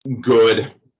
Good